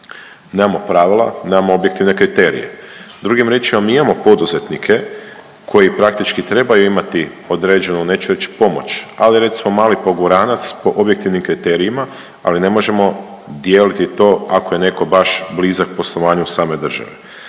nemamo pravila, nemamo objektivne kriterije. Drugim riječima, mi imamo poduzetnike koji praktički trebaju imati određenu neću reć pomoć, ali recimo mali poguranac po objektivnim kriterijima, ali ne možemo dijeliti to ako je neko baš blizak poslovanju same države.